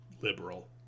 liberal